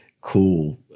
cool